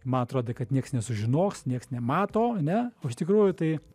man atrodė kad niekas nesužinos nieks nemato ane o iš tikrųjų tai